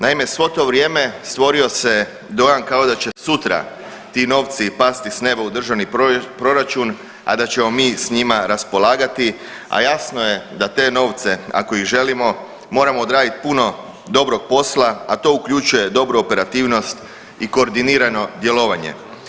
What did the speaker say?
Naime, svo to vrijeme stvorio se dojam kao da će sutra ti novci pasti s nema u državni proračun, a da ćemo mi s njima raspolagati, a jasno je da te novce ako ih želimo moramo odraditi puno dobrog posla, a to uključuje dobru operativnost i koordinirano djelovanje.